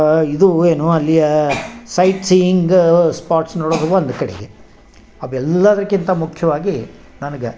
ಇದು ಏನು ಅಲ್ಲಿಯ ಸೈಟ್ ಸೀಯಿಂಗ ಸ್ಪಾಟ್ಸ್ ನೋಡುದು ಒಂದು ಕಡೆಗೆ ಅವು ಎಲ್ಲಾದಕ್ಕಿಂತ ಮುಖ್ಯವಾಗಿ ನನ್ಗೆ